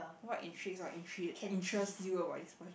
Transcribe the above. what intrigues or intere~ interest you about this per~